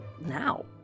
now